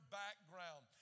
background